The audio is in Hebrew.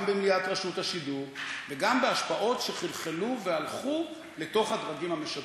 גם במליאת רשות השידור וגם בהשפעות שחלחלו והלכו לתוך הדרגים המשדרים.